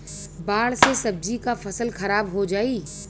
बाढ़ से सब्जी क फसल खराब हो जाई